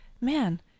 Man